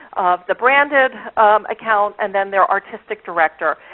the branded account, and then their artistic director.